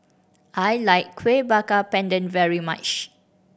I like Kuih Bakar Pandan very much